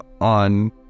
on